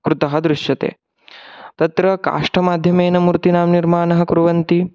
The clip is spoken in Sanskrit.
कृतः दृश्यते तत्र काष्टमाध्यमेन मूर्तीनां निर्माणं कुर्वन्ति